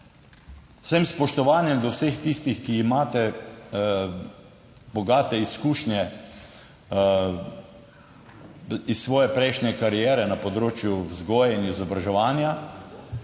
vsem spoštovanjem do vseh tistih, ki imate bogate izkušnje iz svoje prejšnje kariere na področju vzgoje in izobraževanja,